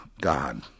God